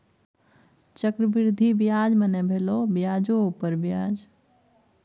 चक्रवृद्धि ब्याज मने भेलो ब्याजो उपर ब्याज